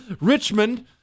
Richmond